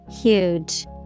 Huge